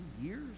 years